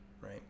right